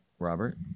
Robert